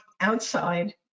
outside